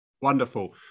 Wonderful